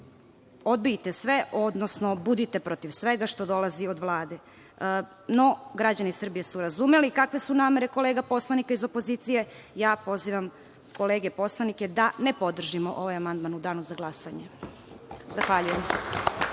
odbijte sve, odnosno budite protiv svega što dolazi od Vlade. No, građani Srbije su razumeli kakve su namere kolega poslanika iz opozicije i ja pozivam kolege poslanike da ne podržimo ovaj amandman u Danu za glasanje. Zahvaljujem.